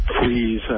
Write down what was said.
Please